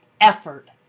effort